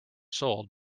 sold